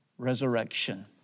resurrection